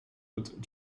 would